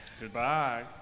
Goodbye